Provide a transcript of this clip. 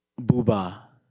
bouba,